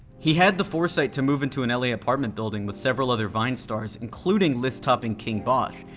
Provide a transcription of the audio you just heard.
he had the foresight to move into an l a. apartment building with several other vine stars including list-topping king bach.